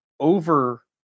over